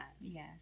Yes